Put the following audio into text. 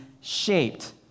shaped